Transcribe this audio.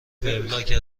وبلاگ